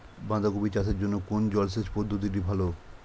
বাঁধাকপি চাষের জন্য কোন জলসেচ পদ্ধতিটি ভালো?